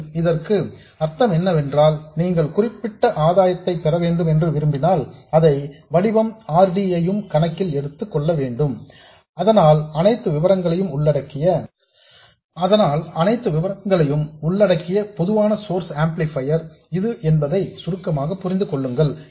உண்மையில் இதற்கு அர்த்தம் என்னவென்றால் நீங்கள் குறிப்பிட்ட ஆதாயத்தை பெற வேண்டும் என்று விரும்பினால் அதை வடிவமைக்கும்போது R D ஐ யும் கணக்கில் எடுத்துக் கொள்ள வேண்டும் அதனால் அனைத்து விபரங்களையும் உள்ளடக்கிய பொதுவான சோர்ஸ் ஆம்ப்ளிபையர் இது என்பதை சுருக்கமாக புரிந்து கொள்ளுங்கள்